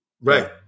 right